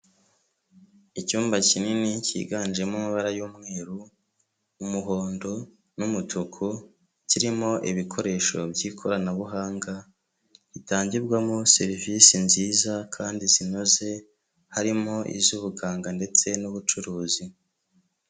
Icyumba kinini cyiganjemo amabara y'umweru, umuhondo n'umutuku, kirimo ibikoresho by'ikoranabuhanga gitangirwamo serivisi nziza kandi zinoze, harimo iz'ubuganga ndetse n'ubucuruzi.